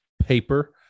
paper